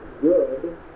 good